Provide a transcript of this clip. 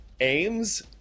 aims